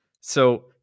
So-